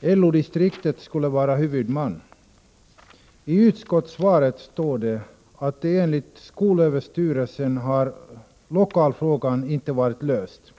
LO-distriktet skulle vara huvudman. I utskottsbetänkandet står det att lokalfrågan enligt skolöverstyrelsen inte har varit löst.